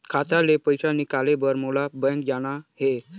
खाता ले पइसा निकाले बर मोला बैंक जाना हे?